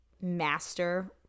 master